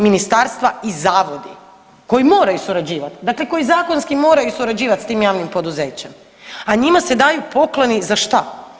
Ministarstva i zavodi koji moraju surađivati, dakle koji zakonski moraju surađivati sa tim javnim poduzećem, a njima se daju pokloni za šta?